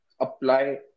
apply